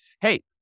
hey